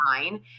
nine